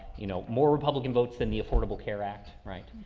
you know, more republican votes than the affordable care act. right.